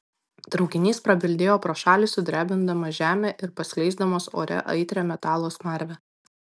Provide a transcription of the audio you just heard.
traukinys prabildėjo pro šalį sudrebindamas žemę ir paskleisdamas ore aitrią metalo smarvę